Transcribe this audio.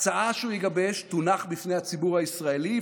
ההצעה שהוא יגבש תונח בפני הציבור הישראלי,